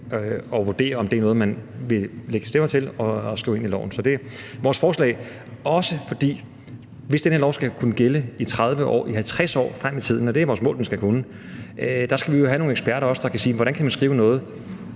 kan vurdere, om det er noget, de vil lægge stemmer til og skrive ind i loven. Så det er vores forslag. For hvis den her lov skal kunne gælde i 30 år eller i 50 år frem i tiden – og det er det vores mål at den skal kunne – så skal vi jo også have nogle eksperter, der kan sige: Hvordan kan man skrive noget